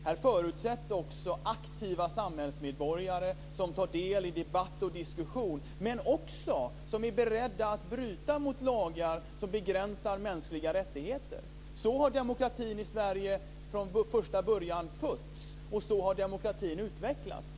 Här förutsätts också aktiva samhällsmedborgare som tar del i debatt och diskussion, men som också är beredda att bryta mot lagar som begränsar mänskliga rättigheter. Så har demokratin i Sverige från första början fötts, och så har demokratin utvecklats.